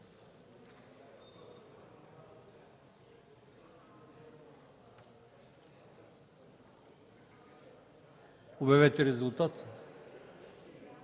Обявете резултат.